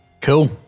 Cool